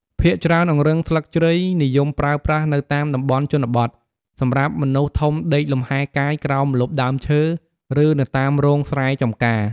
ភាគច្រើនអង្រឹងស្លឹកជ្រៃនិយមប្រើប្រាស់នៅតាមតំបន់ជនបទ សម្រាប់មនុស្សធំដេកលំហែកាយក្រោមម្លប់ដើមឈើ ឬនៅតាមរោងស្រែចំការ។